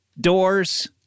Doors